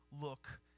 look